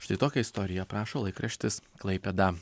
štai tokią istoriją aprašo laikraštis klaipėda